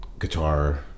guitar